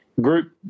Group